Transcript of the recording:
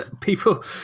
people